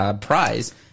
prize